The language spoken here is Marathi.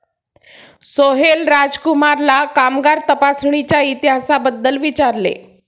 सोहेल राजकुमारला कामगार तपासणीच्या इतिहासाबद्दल विचारले